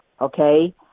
okay